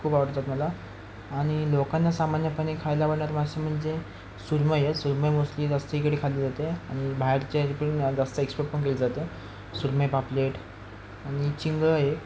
खूप आवडतात मला आणि लोकांना सामान्यपणे खायला आवडणारे मासे म्हणजे सुरमई सुरमई मोस्टली जास्त इकडे खाल्ली जाते आणि बाहेरच्या इकडे जास्त एक्सपोर्ट पण केली जाते सुरमई पापलेट आणि चिंगळं एक